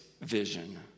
vision